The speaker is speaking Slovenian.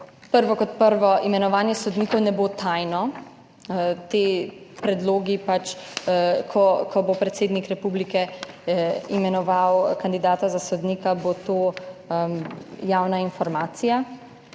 Prvo kot prvo, imenovanje sodnikov ne bo tajno. Ti predlogi, ko bo predsednik republike imenoval kandidata za sodnika, bodo javna informacija.